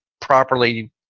properly